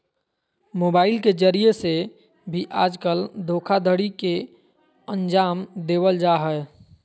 mobile के जरिये से भी आजकल धोखाधडी के अन्जाम देवल जा हय